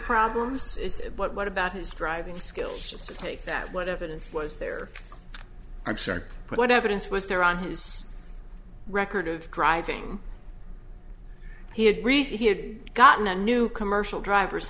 problems but what about his driving skills to take that what evidence was there i'm sorry what evidence was there on his record of driving he agrees that he had gotten a new commercial driver's